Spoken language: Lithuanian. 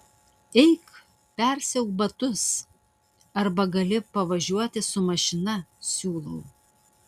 eik persiauk batus arba gali pavažiuoti su mašina siūlau